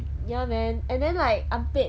ya man and then like I'm paid